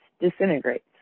disintegrates